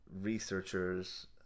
researchers